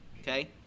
okay